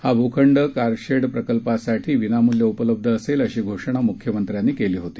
हा भूखंड कारशेड प्रकल्पासाठी विनामूल्य उपलब्ध असेल अशी घोषणा मुख्यमंत्र्यांनी केली होती